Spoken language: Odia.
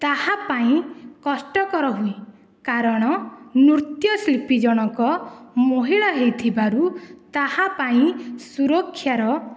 ତାହାପାଇଁ କଷ୍ଟକର ହୁଏ କାରଣ ନୃତ୍ୟଶିଳ୍ପୀ ଜଣଙ୍କ ମହିଳା ହୋଇଥିବାରୁ ତାହାପାଇଁ ସୁରକ୍ଷାର